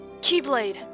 Keyblade